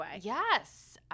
Yes